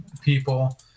people